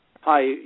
Hi